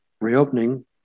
reopening